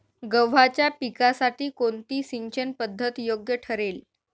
गव्हाच्या पिकासाठी कोणती सिंचन पद्धत योग्य ठरेल?